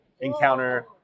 encounter